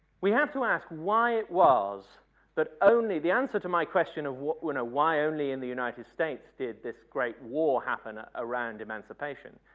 we have to ask why it was that only the answer to my question of what, when or why only in the united states did this great war happen around emancipation.